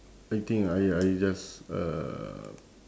I think I I just uh